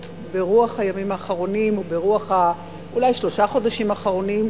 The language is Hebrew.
ברוח הימים האחרונים או ברוח שלושת החודשים האחרונים?